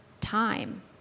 time